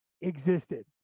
existed